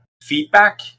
feedback